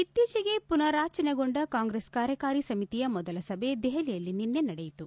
ಇತ್ತೀಚೆಗೆ ಮನಾರಚನೆಗೊಂಡ ಕಾಂಗ್ರೆಸ್ ಕಾರ್ಯಕಾರಿ ಸಮಿತಿಯ ಮೊದಲ ಸಭೆ ದೆಹಲಿಯಲ್ಲಿ ನಿನ್ನೆ ನಡೆಯಿತು